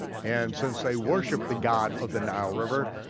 and since they worshiped the god of the nile river,